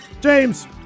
James